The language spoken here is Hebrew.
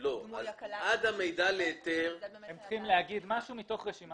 עד המידע להיתר -- הם צריכים להגיד משהו מתוך רשימת השימושים.